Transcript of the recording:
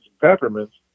Peppermints